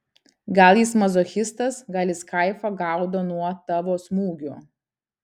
gal jis mazochistas gal jis kaifą gaudo nuo tavo smūgių